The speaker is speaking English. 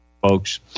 folks